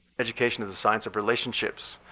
education is the science of relationships.